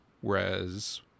whereas